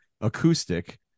acoustic